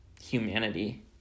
Humanity